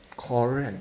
correct